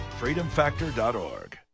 Freedomfactor.org